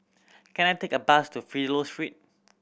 can I take a bus to Fidelio Street